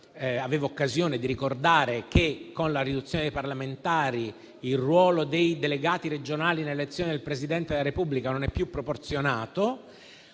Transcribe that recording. avuto occasione di ricordare che, con la riduzione di questo numero, il ruolo dei delegati regionali nell'elezione del Presidente della Repubblica non è più proporzionato.